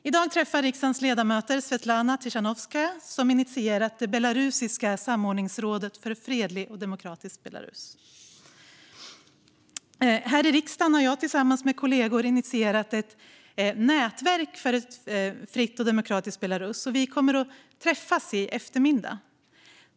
I dag träffar riksdagens ledamöter Svetlana Tichanovskaja, som initierat det belarusiska samordningsrådet för ett fredligt och demokratiskt Belarus. Här i riksdagen har jag tillsammans med kollegor initierat ett nätverk för ett fritt och demokratiskt Belarus. Vi kommer att träffas i eftermiddag.